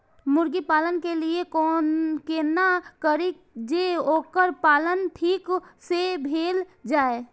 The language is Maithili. मुर्गी पालन के लिए केना करी जे वोकर पालन नीक से भेल जाय?